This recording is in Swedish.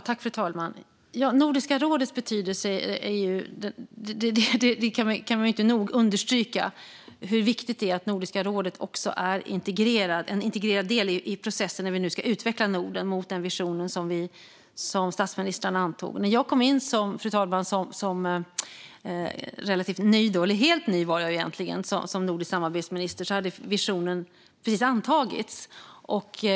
Fru talman! Nordiska rådet har stor betydelse, och det kan inte nog understrykas hur viktigt det är att Nordiska rådet är en integrerad del i processen när vi nu ska utveckla Norden mot den vision som statsministrarna antog. När jag kom in som relativt ny, eller egentligen helt ny, nordisk samarbetsminister hade visionen precis antagits.